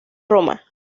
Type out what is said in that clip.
roma